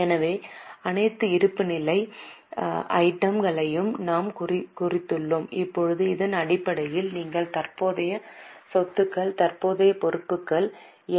எனவே அனைத்து இருப்புநிலை ஐட்டம் களையும் நாம் குறித்துள்ளோம் இப்போது இதன் அடிப்படையில் நீங்கள் தற்போதைய சொத்துக்கள் தற்போதைய பொறுப்புகள் என்